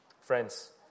Friends